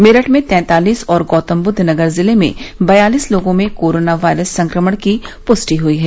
मेरठ में तैंतालीस और गौतमबुद्ध नगर जिले में बयालीस लोगों में कोरोना वायरस संक्रमण की पुष्टि हूयी है